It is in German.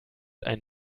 ein